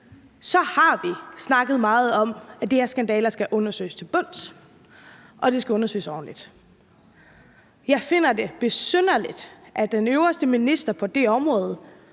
har vi snakket meget om, at de her skandaler skal undersøges til bunds og de skal undersøges ordentligt. Jeg finder det besynderligt, at den øverste minister på det område